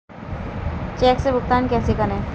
Check से भुगतान कैसे करें?